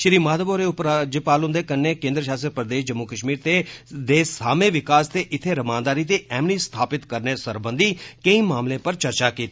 श्री माधव होरें उपराज्यपाल हुन्दे कन्नै केन्द्र षासित प्रदेष जम्मू कष्मीर दे सामै विकास ते इथै रमानदारी ते ऐमनी स्थापित करने सरबंधी केंई मामले पर चर्चा कीती